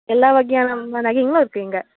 எல்லா வகையான நகைங்களும் இருக்குது இங்கே